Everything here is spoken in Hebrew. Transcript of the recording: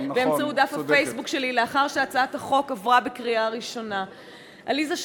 דף הפייסבוק שלי לאחר שהצעת החוק עברה בקריאה ראשונה: עליזה,